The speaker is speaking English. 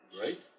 Right